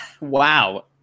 Wow